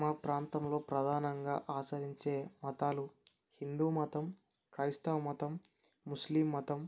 మా ప్రాంతంలో ప్రధానంగా ఆచరించే మతాలు హిందూ మతం క్రైస్తవ మతం ముస్లిం మతం